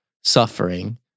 suffering